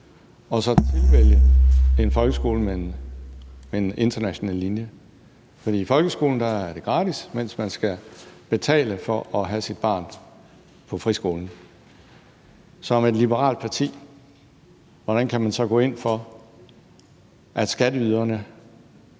og så tilvælge en folkeskole med en international linje, for i folkeskolen er det gratis, mens man skal betale for at have sit barn på en friskole. Hvordan kan man som et liberalt parti gå ind for, at skatteyderne